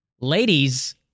ladies